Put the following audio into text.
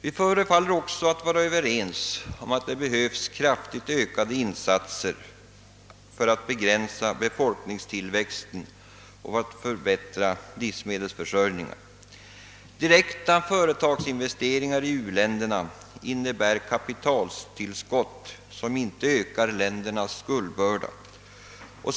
Vi förefaller också vara överens om att det behövs kraftigt ökade insatser för att begränsa befolkningstillväxten och för att förbättra livsmedelsförsörjningen. Direkta företagsinvesteringar i u-länderna innebär kapitaltillskott som inte ökar ländernas skuldbörda.